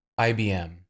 IBM